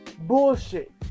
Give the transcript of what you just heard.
bullshit